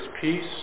peace